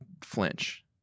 flinch